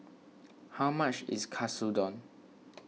how much is Katsudon